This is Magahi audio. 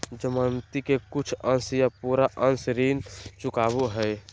जमानती के कुछ अंश या पूरा अंश ऋण चुकावो हय